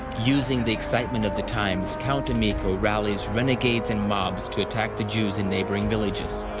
using the excitement of the times, count emicho rallies renegades and mobs to attack the jews in neighboring villages.